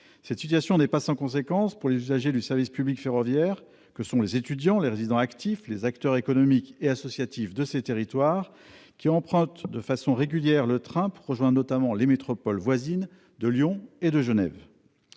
Cette situation n'est pas sans conséquence pour les usagers du service public ferroviaire que sont les étudiants, les résidents actifs, les acteurs économiques et associatifs de ces territoires, qui empruntent de façon régulière le train pour rejoindre, notamment, les métropoles voisines de Lyon et de Genève.